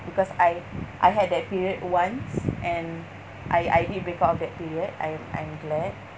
because I I had that period once and I I did break out of that period I'm I'm glad